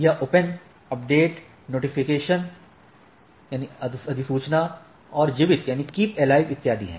यह open update अधिसूचना और जीवित इत्यादि हैं